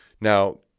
Now